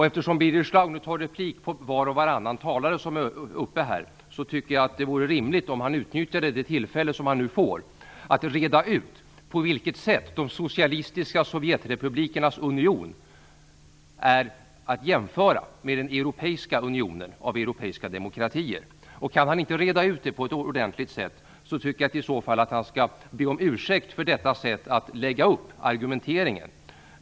Eftersom Birger Schlaug begär replik på var och varannan talare tycker jag att det vore rimligt om han utnyttjade det tillfälle som han nu får för att reda ut på vilket sätt de socialistiska sovjetrepublikernas union är att jämföra med den europeiska unionen mellan europeiska demokratier. Kan han inte reda ut det på ett ordentligt sätt tycker jag att han i så fall skall be om ursäkt för detta sätt att lägga upp argumenteringen.